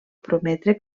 prometre